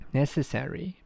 necessary